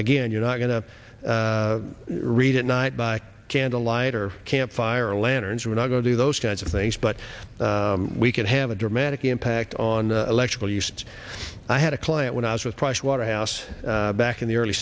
again you're not going to read at night by candlelight or campfire lanterns we're not going to do those kinds of things but we can have a dramatic impact on electrical usage i had a client when i was with pricewaterhouse back in the early